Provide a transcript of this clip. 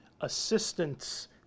Assistance